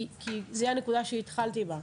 כי זאת הנקודה שהתחלתי בה.